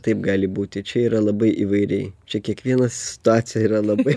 taip gali būti čia yra labai įvairiai čia kiekviena situacija yra labai